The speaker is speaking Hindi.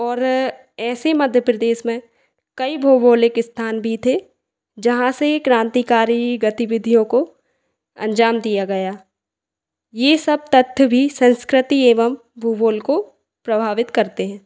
और ऐसे मध्य प्रदेश में कई भौगोलिक स्थान भी थे जहाँ से क्रांतिकारी गतिविधियों को अंजाम दिया गया यह सब तथ्य भी संस्कृति एवं भूगोल को प्रभावित करते हैं